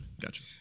gotcha